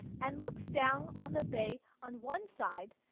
and looks down on the bay on one side,